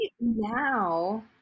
now